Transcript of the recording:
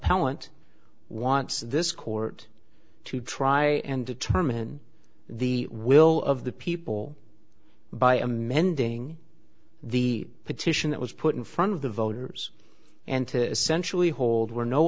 appellant wants this court to try and determine the will of the people by amending the petition that was put in front of the voters and to essentially hold were no